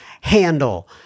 handle